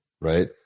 Right